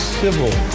civil